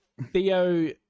Theo